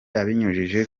abinyujije